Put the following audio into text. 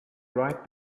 right